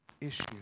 issue